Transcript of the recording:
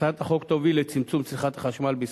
הצעת החוק תוביל לצמצום צריכת החשמל של